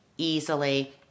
Easily